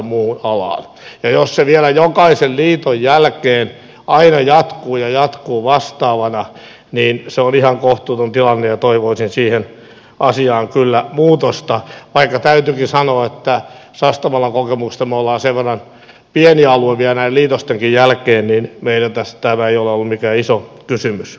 ja jos se vielä jokaisen liiton jälkeen aina jatkuu ja jatkuu vastaavana niin se on ihan kohtuuton tilanne ja toivoisin siihen asiaan kyllä muutosta vaikka täytyykin sanoa että sastamalan kokemuksen perusteella me olemme sen verran pieni alue vielä näiden liitostenkin jälkeen meille tämä ei ole ollut mikään iso kysymys